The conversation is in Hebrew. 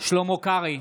שלמה קרעי,